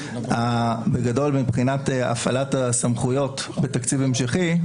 בגדול, מבחינת הפעלת הסמכויות בתקציב המשכי,